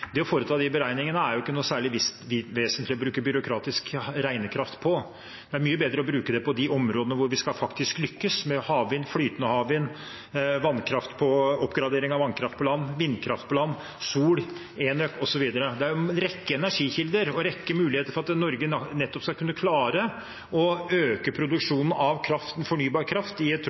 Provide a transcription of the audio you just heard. Det å foreta de beregningene er ikke særlig vesentlig å bruke byråkratisk regnekraft på. Det er mye bedre å bruke det på de områdene hvor vi faktisk skal lykkes – med havvind, flytende havvind, oppgradering av vannkraft på land, vindkraft på land, sol, enøk osv. Det er en rekke energikilder og en rekke muligheter for at Norge nettopp skal kunne klare å øke produksjonen av fornybar kraft i